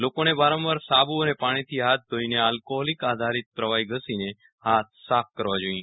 લોકોને વારંવાર સાબુ અને પાણીથી હાથ ધોઈને કે આલ્કહોલીક આધારીત પ્રવાહી ઘસીને હાથ ધરવા જોઈએ